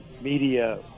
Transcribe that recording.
media